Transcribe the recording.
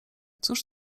cóż